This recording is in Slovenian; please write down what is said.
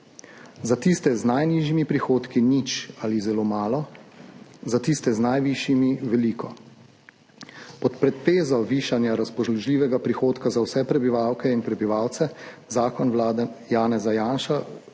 za tiste z najnižjimi prihodki nič ali zelo malo, za tiste z najvišjimi veliko. Pod pretvezo višanja razpoložljivega prihodka za vse prebivalke in prebivalce zakon Vlada Janeza Janše